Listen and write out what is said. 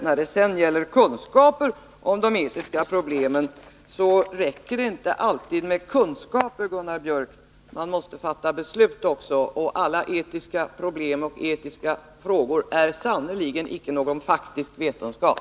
När det sedan gäller kunskaper om de etiska problemen räcker det inte alltid med kunskaper, Gunnar Biörck. Man måste fatta beslut också. Etiska problem och etiska frågor är sannerligen icke någon faktisk vetenskap.